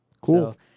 Cool